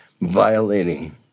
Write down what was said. violating